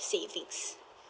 savings